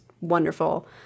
wonderful